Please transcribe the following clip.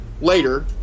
Later